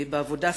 בעבודה סטטית,